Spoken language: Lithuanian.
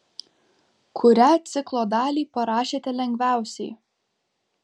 kurią ciklo dalį parašėte lengviausiai